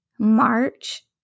March